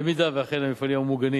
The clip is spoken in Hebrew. במידה שאכן המפעלים המוגנים